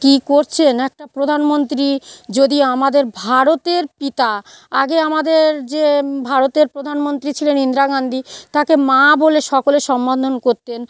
কী করছেন একটা প্রধানমন্ত্রী যদি আমাদের ভারতের পিতা আগে আমাদের যে ভারতের প্রধানমন্ত্রী ছিলেন ইন্দিরা গান্ধী তাকে মা বলে সকলে সম্বোধন করতেন